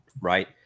right